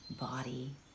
body